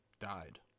Died